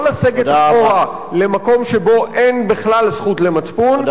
לא לסגת אחורה למקום שבו אין בכלל זכות למצפון,